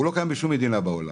הוא לא קיים בשום מדינה בעולם.